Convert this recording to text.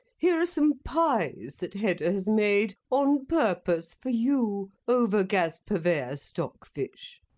here are some pies that hedda has made, on purpose for you, over gas-purvey or stockfish.